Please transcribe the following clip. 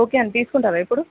okay అండి తీసుకుంటారా ఇప్పుడు